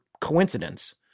coincidence